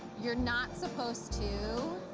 you're not supposed to.